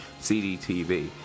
CDTV